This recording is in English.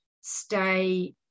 stay